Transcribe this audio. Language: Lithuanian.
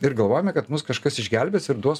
ir galvojome kad mus kažkas išgelbės ir duos